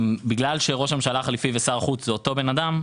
בגלל שראש הממשלה החליפי ושר החוץ הוא אותו אדם,